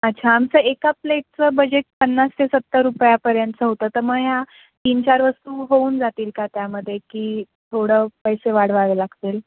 अच्छा आमचं एका प्लेटचं बजेट पन्नास ते सत्तर रुपयापर्यंत होतं तर मग ह्या तीन चार वस्तू होऊन जातील का त्यामध्ये की थोडं पैसे वाढवावे लागतील